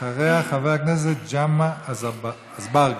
אחריה, חבר הכנסת ג'מעה אזברגה.